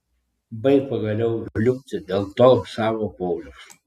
baik pagaliau žliumbti dėl to savo pauliaus